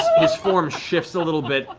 his form shifts a little bit,